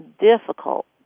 difficult